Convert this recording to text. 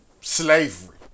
slavery